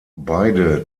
beide